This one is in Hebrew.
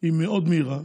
היא מאוד מהירה.